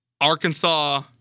Arkansas